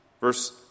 Verse